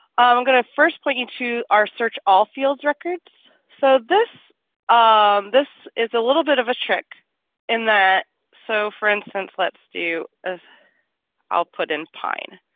i'm going to first point you to our search all fields records. so this um this is a little bit of a trick in that so for instance, let's do is i'll put in pine